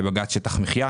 באופן ככלי,